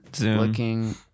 looking